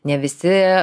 ne visi